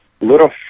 little